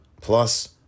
plus